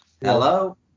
Hello